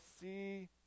see